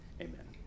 Amen